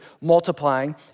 multiplying